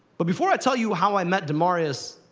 but before i tell you how i met demaryius,